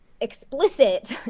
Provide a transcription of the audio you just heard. explicit